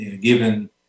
given